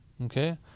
Okay